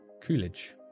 Coolidge